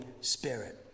Spirit